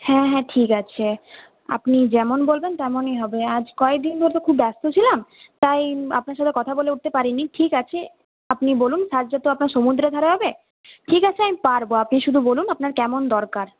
হ্যাঁ হ্যাঁ ঠিক আছে আপনি যেমন বলবেন তেমনই হবে আজ কয়দিন ধরে তো খুব ব্যস্ত ছিলাম তাই আপনার সঙ্গে কথা বলে উঠতে পারিনি ঠিক আছে আপনি বলুন সাজটা তো আপনার সমুদ্রের ধারে হবে ঠিক আছে আমি পারবো আপনি শুধু বলুন আপনার কেমন দরকার